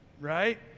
right